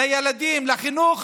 לילדים, לחינוך,